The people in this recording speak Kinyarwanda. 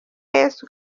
yesu